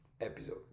episode